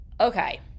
Okay